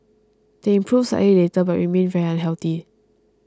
they improved slightly later but remained very unhealthy